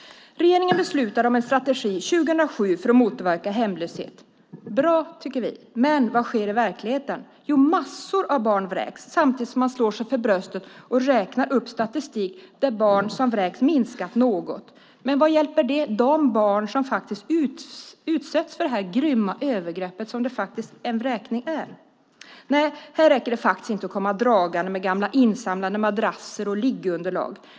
Regeringen beslutade 2007 om en strategi för att motverka hemlöshet. Bra, tycker vi. Men vad sker i verkligheten? Jo, en massa barn vräks. Samtidigt slår man sig för bröstet och räknar upp statistik över att antalet ärenden med barn som vräks har minskat något. Men vad hjälper det de barn som utsätts för det grymma övergrepp som en vräkning faktiskt är? Nej, här räcker det inte att komma dragande med gamla insamlade madrasser och liggunderlag.